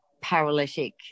paralytic